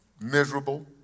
miserable